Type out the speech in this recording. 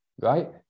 right